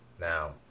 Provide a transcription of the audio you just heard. Now